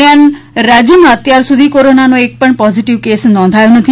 દરમ્યાન રાજ્યમાં અત્યાર સુધીમાં કોરોનાનો એક પણ પોઝીટીવ કેસ નોંધાયો નથી